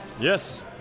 Yes